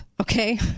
Okay